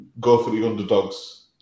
go-for-the-underdogs